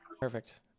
Perfect